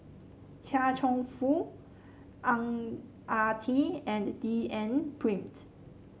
Chia Cheong Fook Ang Ah Tee and D N Pritt